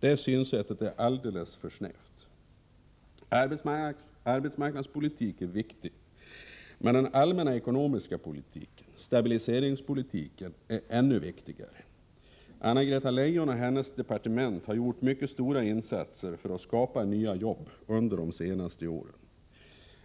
Detta synsätt är alldeles för snävt. Arbetsmarknadspolitik är viktig. Men den allmänna ekonomiska politiken, stabiliseringspolitiken, är ännu viktigare. Anna-Greta Leijon och hennes departement har gjort mycket stora insatser för att skapa nya jobb under de senaste åren.